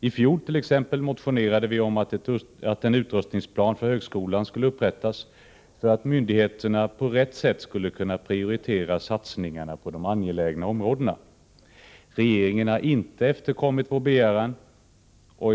Exempelvis i fjol motionerade vi om att en utrustningsplan för högskolan skulle upprättas för att myndigheterna på rätt sätt skulle kunna prioritera satsningarna på de angelägna områdena. Regeringen har inte efterkommit vår begäran.